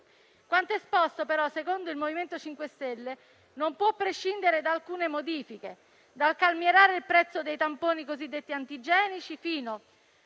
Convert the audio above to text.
Quanto esposto, però, secondo il MoVimento 5 Stelle non può prescindere da alcune modifiche, dal calmierare il prezzo dei tamponi cosiddetti antigenici fino,